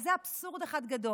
וזה אבסורד אחד גדול.